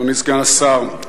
אדוני סגן השר,